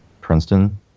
Princeton